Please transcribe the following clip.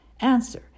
Answer